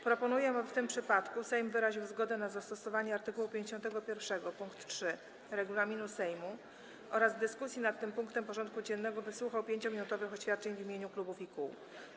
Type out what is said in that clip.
Proponuję, aby w tym przypadku Sejm wyraził zgodę na zastosowanie art. 51 pkt 3 regulaminu Sejmu oraz w dyskusji nad tym punktem porządku dziennego wysłuchał 5-minutowych oświadczeń w imieniu klubów i kół.